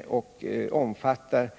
Informationen måste gälla